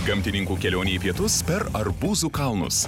gamtininkų kelionė į pietus per arbūzų kalnus